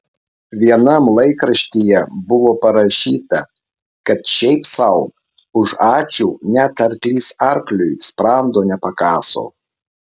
vienam laikraštyje buvo parašyta kad šiaip sau už ačiū net arklys arkliui sprando nepakaso